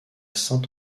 saint